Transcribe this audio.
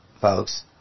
folks